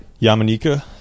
Yamanika